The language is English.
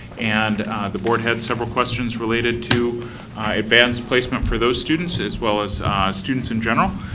and the board had several questions related to advanced placement for those students as well as students in general.